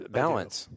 balance